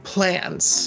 Plans